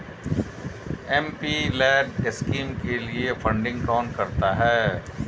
MPLAD scheme के लिए funding कौन करता है?